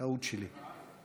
טעות שלי.